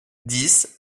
dix